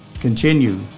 continue